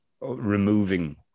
removing